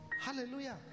Hallelujah